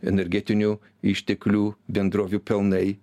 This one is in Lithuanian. energetinių išteklių bendrovių pelnai